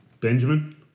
Benjamin